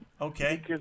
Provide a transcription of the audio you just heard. Okay